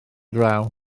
draw